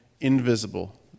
invisible